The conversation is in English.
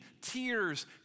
tears